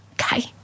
okay